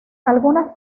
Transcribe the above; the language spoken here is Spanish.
algunas